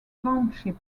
township